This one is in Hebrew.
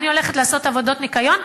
אני הולכת לעשות עבודות ניקיון.